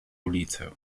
ulicę